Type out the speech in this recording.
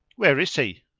where is he?